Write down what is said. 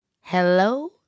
hello